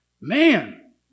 man